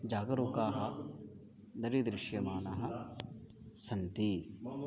जागरूकाः दरिदृश्यमानाः सन्ति